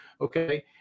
Okay